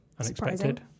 unexpected